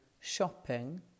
shopping